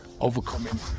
overcoming